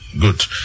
Good